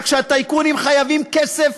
אבל כשהטייקונים חייבים כסף,